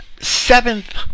seventh